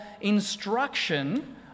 instruction